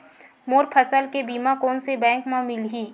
मोर फसल के बीमा कोन से बैंक म मिलही?